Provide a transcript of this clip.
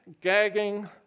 gagging